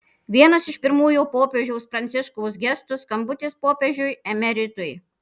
vienas iš pirmųjų popiežiaus pranciškaus gestų skambutis popiežiui emeritui